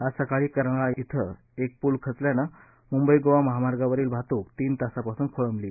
आज सकाळी कर्नाळा धिं एक पूल खचल्याने मुंबई गोवा महामार्गावरील वाहतूक तीन तासापासून खोळंबली